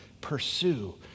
pursue